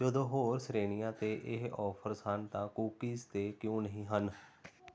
ਜਦੋਂ ਹੋਰ ਸ਼੍ਰੇਣੀਆਂ 'ਤੇ ਇਹ ਆਫ਼ਰਜ਼ ਹਨ ਤਾਂ ਕੂਕੀਜ਼ 'ਤੇ ਕਿਉਂ ਨਹੀਂ ਹਨ